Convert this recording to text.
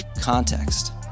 context